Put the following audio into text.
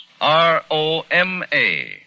R-O-M-A